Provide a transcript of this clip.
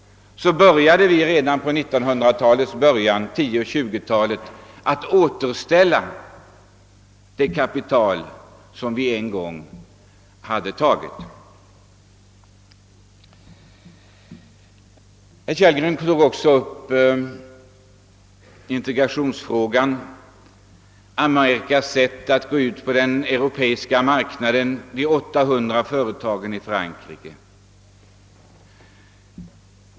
Vi började redan på 1910 och 1920 talen att återställa det kapital som vi en gång hade tagit ut ur våra skogar. Herr Kellgren berörde också integrationsfrågan, Amerikas sätt att gå ut på den europeiska marknaden och de 800 företagen i Frankrike.